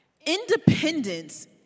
independence